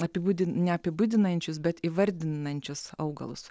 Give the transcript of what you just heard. apibūdin neapibūdinančius bet įvardinančius augalus